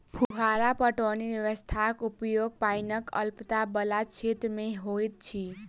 फुहार पटौनी व्यवस्थाक उपयोग पाइनक अल्पता बला क्षेत्र मे होइत अछि